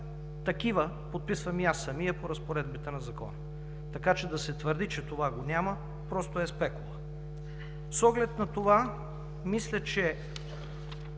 такива подписвам и аз самият по разпоредбите на Закона. Така че да се твърди, че това го няма, просто е спекула. С оглед на това, мисля, че